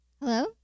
hello